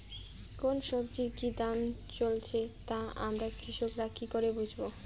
কোন সব্জির কি দাম চলছে তা আমরা কৃষক রা কি করে বুঝবো?